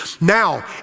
Now